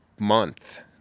Month